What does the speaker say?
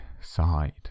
side